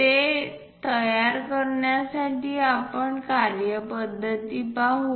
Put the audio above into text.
ते तयार करण्यासाठी आपण कार्यपद्धती पाहू